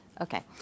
Okay